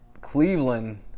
Cleveland